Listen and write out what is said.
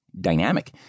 Dynamic